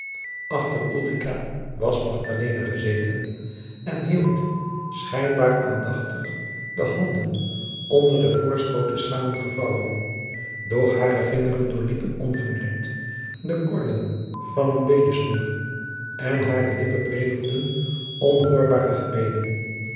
was magdalena gezeten en hield schijnbaar aandachtig de handen onder den voorschoot te samen gevouwen doch hare vingeren doorliepen ongemerkt de korlen van een bedesnoer en hare lippen prevelden onhoorbare gebeden